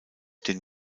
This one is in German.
den